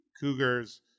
Cougars